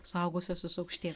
suaugusiuosius aukštyn